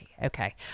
Okay